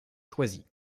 choisie